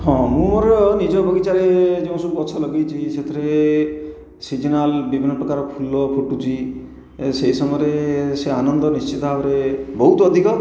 ହଁ ମୋର ନିଜ ବଗିଚାରେ ଯେଉଁ ସବୁ ଗଛ ଲଗାଇଛି ସେଇଥିରେ ସିଜନାଲ ବିଭିନ୍ନ ପ୍ରକାର ଫୁଲ ଫୁଟୁଛି ସେହି ସମୟରେ ସେ ଆନନ୍ଦ ନିଶ୍ଚିତ ଭାବରେ ବହୁତ ଅଧିକ